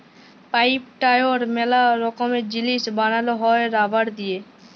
pipe, tyre ম্যালা রকমের জিনিস বানানো হ্যয় রাবার দিয়ে